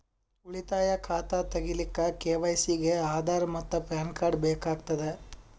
ಉಳಿತಾಯ ಖಾತಾ ತಗಿಲಿಕ್ಕ ಕೆ.ವೈ.ಸಿ ಗೆ ಆಧಾರ್ ಮತ್ತು ಪ್ಯಾನ್ ಕಾರ್ಡ್ ಬೇಕಾಗತದ